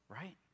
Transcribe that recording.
Right